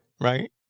right